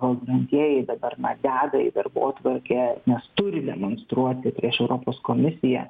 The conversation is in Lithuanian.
valdantieji dabar na deda į darbotvarkę nes turi demonstruoti prieš europos komisiją